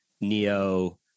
neo